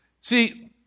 See